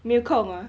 没有空 ah